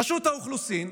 ברשות האוכלוסין,